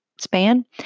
span